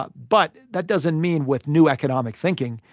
ah but that doesn't mean with new economic thinking,